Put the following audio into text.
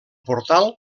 portal